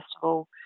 festival